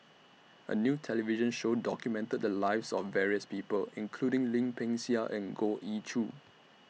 A New television Show documented The Lives of various People including Lim Peng Siang and Goh Ee Choo